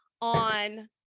on